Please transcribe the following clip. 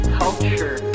culture